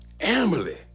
Emily